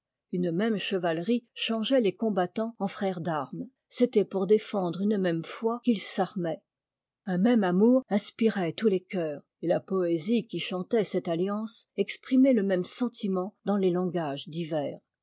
une même chevale rie changeait les combattants en frères d'armes c'était pour défendre une même foi qu'ils s'armaient un même amour inspirait tous les cœurs et la poésie qui chantait cette alliance exprimait le même sentiment dans les langages divers